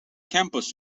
campus